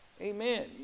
Amen